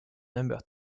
number